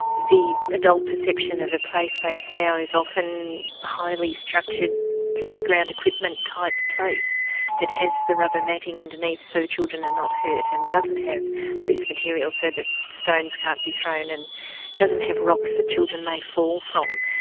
the adult perception of a play space now is often highly structured, a playground equipment type place that has the rubber matting underneath so the children are not hurt and doesn't have loose materials so that stones can't be thrown and doesn't have rocks that children may fall from.